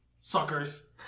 suckers